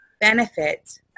benefits